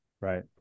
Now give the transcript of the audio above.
Right